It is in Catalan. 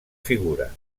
figura